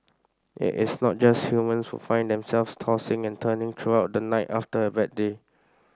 it is not just humans who find themselves tossing and turning throughout the night after a bad day